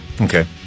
Okay